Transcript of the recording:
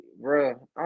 bro